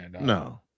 no